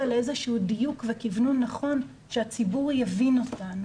לדיוק וכוונון נכון שהציבור יבין אותנו.